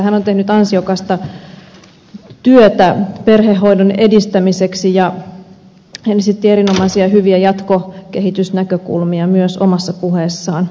hän on tehnyt ansiokasta työtä perhehoidon edistämiseksi ja hän esitti erinomaisia ja hyviä jatkokehitysnäkökulmia myös omassa puheessaan